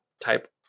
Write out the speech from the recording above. type